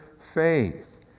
faith